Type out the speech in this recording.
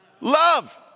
love